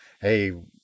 hey